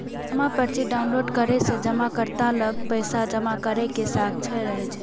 जमा पर्ची डॉउनलोड करै सं जमाकर्ता लग पैसा जमा करै के साक्ष्य रहै छै